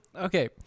okay